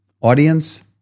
audience